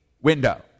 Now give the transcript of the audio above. window